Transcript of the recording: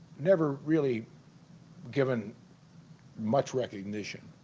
never really given much recognition